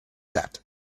that